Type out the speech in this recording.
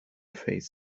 face